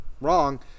wrong